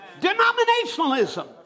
Denominationalism